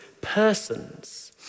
persons